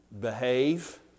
behave